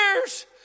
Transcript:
years